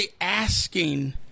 asking